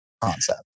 concept